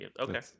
Okay